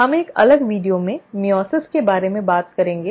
हम एक अलग वीडियो में मइओसिस के बारे में बात करेंगे